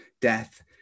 death